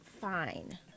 fine